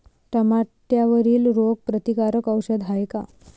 टमाट्यावरील रोग प्रतीकारक औषध हाये का?